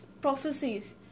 prophecies